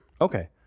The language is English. Okay